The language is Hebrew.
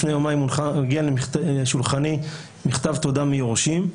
לפני יומיים הגיע לשולחני מכתב תודה מיורשים,